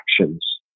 actions